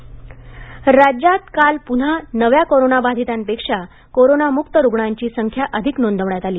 राज्य कोविड राज्यात काल पुन्हा नव्या कोरोनाबाधितांपेक्षा कोरोनामुक्त रुग्णांची संख्या अधिक नोंदवण्यात आली